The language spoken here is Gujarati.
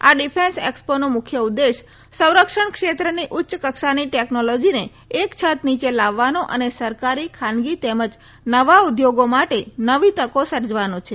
આ ડિફેન્સ એક્ષ્પોનો મુખ્ય ઉદ્દેશ્ય સંરક્ષણ ક્ષેત્રનીઉચ્ય કક્ષાની ટેકનોલોજીને એક છત નીચે લાવવાનો અને સરકારી ખાનગી તેમજ નવા ઉદ્યોગો માટે નવી તકો સર્જાવાનો છે